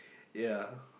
ya